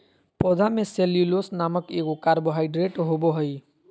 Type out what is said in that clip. पौधा में सेल्यूलोस नामक एगो कार्बोहाइड्रेट होबो हइ